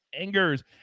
Angers